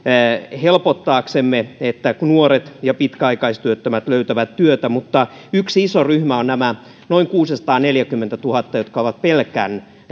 helpottaaksemme että nuoret ja pitkäaikaistyöttömät löytävät työtä mutta yksi iso ryhmä ovat nämä noin kuusisataaneljäkymmentätuhatta jotka ovat pelkän